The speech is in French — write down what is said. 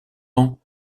ans